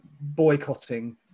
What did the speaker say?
boycotting